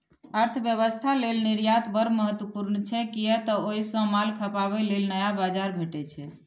अर्थव्यवस्था लेल निर्यात बड़ महत्वपूर्ण छै, कियै तं ओइ सं माल खपाबे लेल नया बाजार भेटै छै